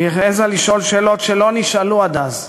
היא העזה לשאול שאלות שלא נשאלו עד אז: